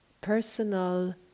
personal